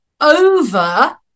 over